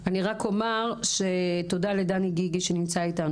אני רק אומר תודה לדני גיגי שנמצא איתנו,